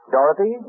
Dorothy